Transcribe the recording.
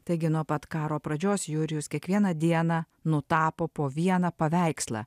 taigi nuo pat karo pradžios jurijus kiekvieną dieną nutapo po vieną paveikslą